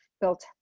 built